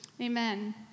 Amen